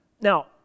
Now